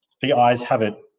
the ayes have it.